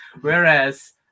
Whereas